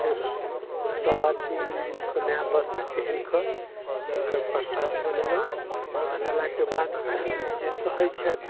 फेर सभ आदमी मिलजुलिकऽ नया वस्त्र पहिन कऽ हुनकर प्रसाद बनेलहुँ बनेलाके बाद जे सहै छथि